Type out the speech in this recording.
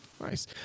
Nice